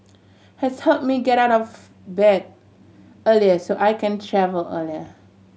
has help me get out of bed earlier so I can travel earlier